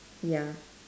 ya